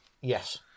Yes